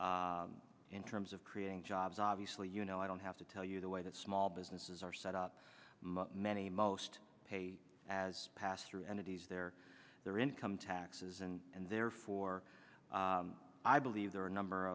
businesses in terms of creating jobs obviously you know i don't have to tell you the way that small businesses are set up many most pay as passed through entities their their income taxes and and therefore i believe there are a number